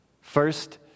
First